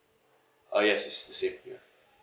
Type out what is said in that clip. oh yes it's the same ya